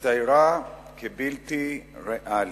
הצטיירה כבלתי ריאלית.